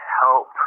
help